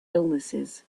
illnesses